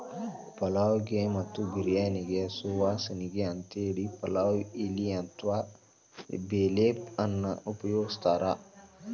ಪಲಾವ್ ಗೆ ಮತ್ತ ಬಿರ್ಯಾನಿಗೆ ಸುವಾಸನಿಗೆ ಅಂತೇಳಿ ಪಲಾವ್ ಎಲಿ ಅತ್ವಾ ಬೇ ಲೇಫ್ ಅನ್ನ ಉಪಯೋಗಸ್ತಾರ